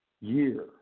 year